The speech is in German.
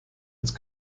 als